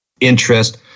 interest